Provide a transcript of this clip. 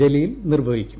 ജലീൽ നിർവ്വഹിക്കും